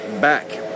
back